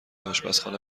آشپزخانه